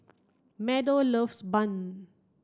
Meadow loves bun